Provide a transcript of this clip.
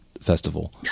festival